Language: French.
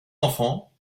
enfants